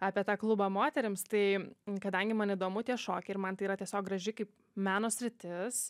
apie tą klubą moterims tai kadangi man įdomu tie šokiai ir man tai yra tiesiog graži kaip meno sritis